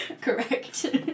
Correct